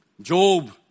Job